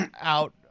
out